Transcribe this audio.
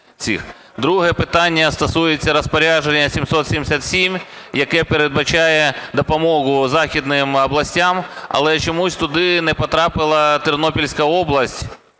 Друге питання стосується Розпорядження №777, яке передбачає допомогу західним областям, але чомусь туди не потрапила Тернопільська область.